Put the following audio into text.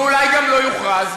ואולי גם לא יוכרז,